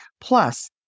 Plus